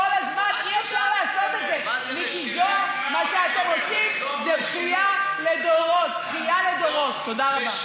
אי-אפשר לטעון שרוצים לדאוג לפריפריה ובאותה מידה